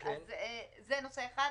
אל תחשבו בסדר,